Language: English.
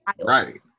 right